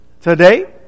Today